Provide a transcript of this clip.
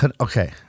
Okay